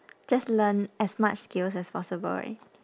just learn as much skills as possible right